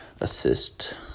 assist